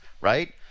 right